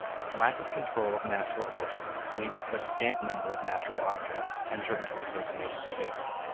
lack of control of natural forces means that a scant number of natural objects enter into associated behavior.